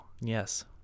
Yes